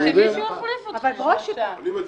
אני מצביע.